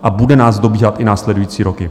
A bude nás dobíhat i následující roky.